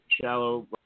shallow